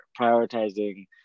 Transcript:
prioritizing